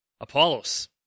Apollos